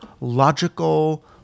logical